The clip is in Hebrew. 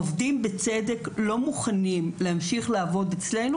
עובדים ובצדק לא מוכנים להמשיך לעבוד אצלנו